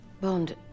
Bond